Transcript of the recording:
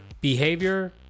behavior